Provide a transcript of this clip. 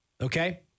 okay